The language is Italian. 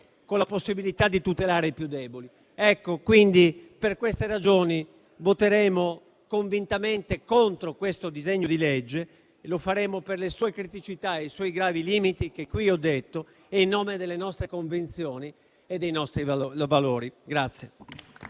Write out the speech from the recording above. con la possibilità di tutelare i più deboli. Per queste ragioni, voteremo convintamente contro questo disegno di legge e lo faremo per le sue criticità e i suoi gravi limiti, che qui ho detto, e in nome delle nostre convinzioni e dei nostri valori.